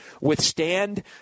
withstand